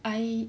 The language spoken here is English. I